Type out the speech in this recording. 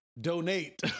donate